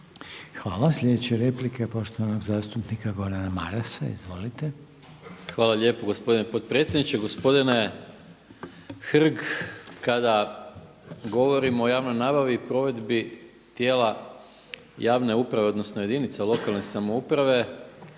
Hvala. Sljedeća replika je poštovanog zastupnika Gordana Marasa. Izvolite. **Maras, Gordan (SDP)** Hvala lijepo gospodine potpredsjedniče. Gospodine Hrg, kada govorimo o javnoj nabavi i provedbi tijela javne uprave, odnosno jedinice lokalne samouprave